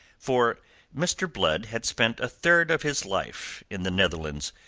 for mr. blood had spent a third of his life in the netherlands,